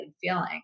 feeling